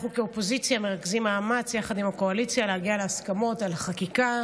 אנחנו כאופוזיציה מרכזים מאמץ יחד עם הקואליציה להגיע להסכמות על חקיקה